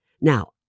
Now